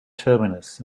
terminus